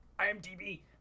imdb